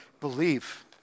believe